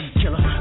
killer